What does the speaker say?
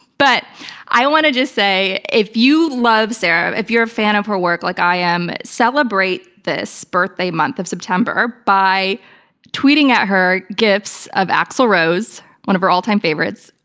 but i want to just say, if you love sarah, if you're a fan of her work like i am, celebrate this birthday month of september by tweeting at her gifs of axl rose, one of her all-time favorites,